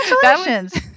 congratulations